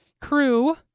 crew